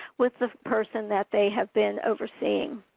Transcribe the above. with the person that they have been overseeing.